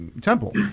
temple